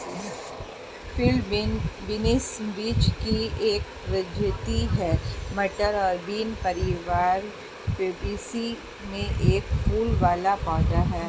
field beans vetch की एक प्रजाति है, मटर और बीन परिवार फैबेसी में एक फूल वाला पौधा है